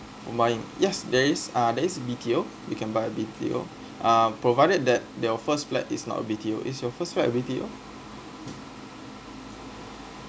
buying yes there is uh there is B_T_O you can buy B_T_O um provided that your first flat is not a B_T_O is your first flat a B_T_O